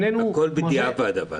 אבל הכול בדיעבד.